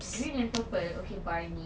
green and purple okay blimey